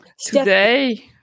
today